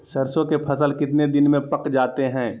सरसों के फसल कितने दिन में पक जाते है?